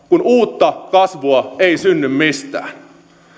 kun uutta kasvua ei synny mistään